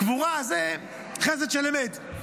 קבורה זה חסד של אמת.